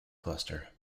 cluster